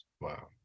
Wow